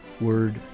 Word